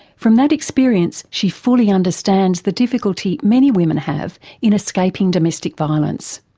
from that experience she fully understands the difficulty many women have in escaping domestic violence.